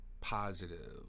positive